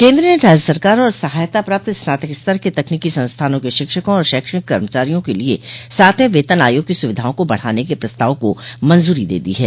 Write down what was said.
केन्द्र ने राज्य सरकार और सहायता प्राप्त स्नातक स्तर के तकनीकी संस्थानों के शिक्षकों और शैक्षणिक कर्मचारियों के लिये सातवें वेतन आयोग की सुविधाओं को बढ़ाने के प्रस्ताव को मंज्री दे दी है